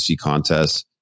contests